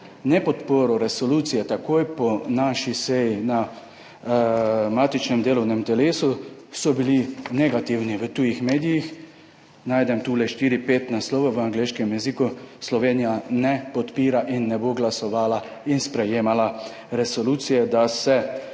nepodporo resolucije takoj po naši seji na matičnem delovnem telesu so bili negativni. V tujih medijih najdem tule štiri, pet naslovov v angleškem jeziku, Slovenija ne podpira in ne bo glasovala in sprejemala resolucije, da se